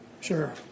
Sure